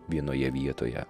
vienoje vietoje